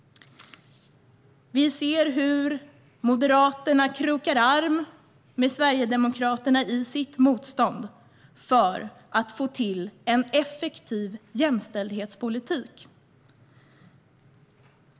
Vi ser hur Moderaterna krokar arm med Sverigedemokraterna i sitt motstånd mot att få till en effektiv jämställdhetspolitik.